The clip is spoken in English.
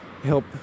help